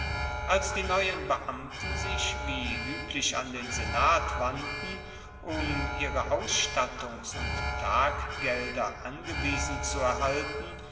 als die neuen beamten sich wie üblich an den senat wandten um ihre ausstattungs und taggelder angewiesen zu erhalten